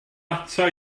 ata